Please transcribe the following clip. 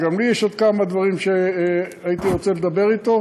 וגם לי יש עוד כמה דברים שהייתי רוצה לדבר אתו